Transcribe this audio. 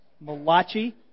Malachi